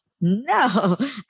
no